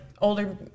Older